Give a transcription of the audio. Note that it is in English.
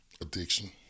addiction